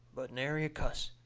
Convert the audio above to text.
but nary a cuss.